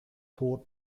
tod